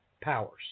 powers